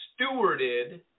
stewarded